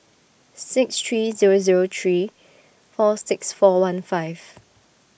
six three zero zero three four six four one five